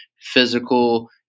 physical